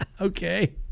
Okay